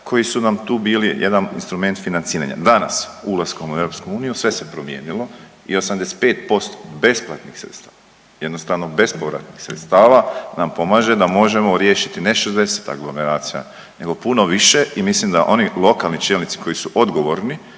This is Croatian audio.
koji su nam tu bili jedan instrument financiranja. Danas ulaskom u EU sve se promijenilo. I 85% besplatnih sredstava jednostavno bespovratnih sredstava nam pomaže da možemo riješiti ne 60 aglomeracija, nego puno više. I mislim da oni lokalni čelnici koji su odgovorni